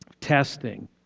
testing